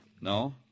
No